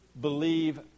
believe